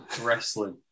Wrestling